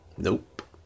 Nope